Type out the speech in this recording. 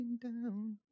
down